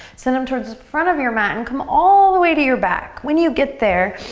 send em towards the front of your mat and come all the way to your back. when you get there,